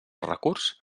recurs